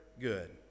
good